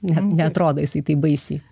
ne neatrodo jisai taip baisiai